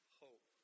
hope